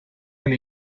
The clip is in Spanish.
del